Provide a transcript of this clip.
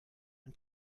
ein